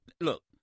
look